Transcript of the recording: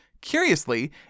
curiously